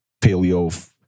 paleo